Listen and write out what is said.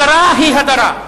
הדרה היא הדרה.